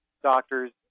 doctors